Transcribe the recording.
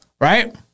Right